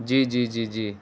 جی جی جی جی